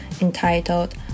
entitled